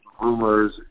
rumors